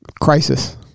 crisis